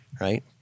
right